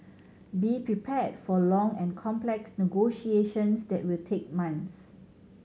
be prepared for long and complex negotiations that will take months